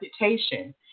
reputation